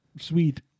sweet